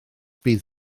bydd